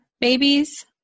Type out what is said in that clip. babies